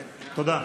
תודה.